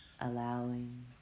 allowing